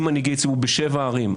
עם מנהיגי ציבור בשבע ערים.